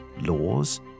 laws